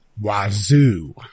Wazoo